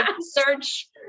search